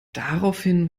daraufhin